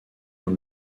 dans